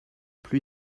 plus